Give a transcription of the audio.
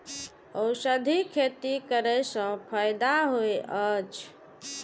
औषधि खेती करे स फायदा होय अछि?